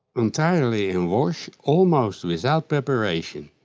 entirely in wash almost without preparation,